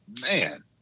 man